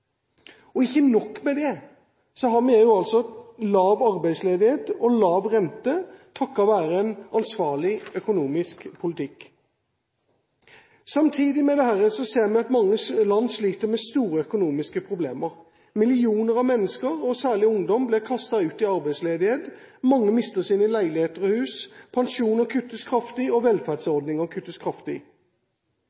Og ikke nok med det, vi har også lav arbeidsledighet og lav rente takket være en ansvarlig økonomisk politikk. Samtidig ser vi at mange land sliter med store økonomiske problemer. Millioner av mennesker, og særlig ungdom, blir kastet ut i arbeidsledighet, mange mister sine leiligheter og hus, pensjoner kuttes kraftig, og